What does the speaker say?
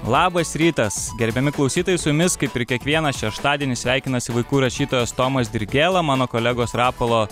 labas rytas gerbiami klausytojai su jumis kaip ir kiekvieną šeštadienį sveikinasi vaikų rašytojas tomas dirgėla mano kolegos rapolo